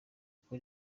kuko